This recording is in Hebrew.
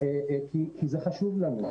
כי זה חשוב לנו.